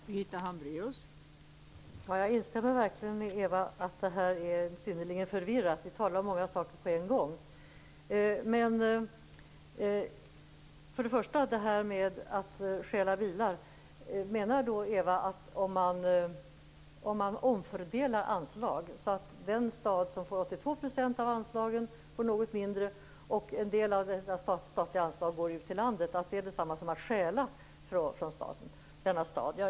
Fru talman! Jag instämmer verkligen med Ewa Larsson i att det här är synnerligen förvirrat. Vi talar om många saker på en gång. Först vill jag ta upp detta att stjäla bilar. Menar Ewa Larsson att om man omfördelar anslag så att den stad som får 82 % av anslagen får något mindre, och en del av dessa statliga anslag går ut i landet, är det detsamma som att stjäla från denna stad?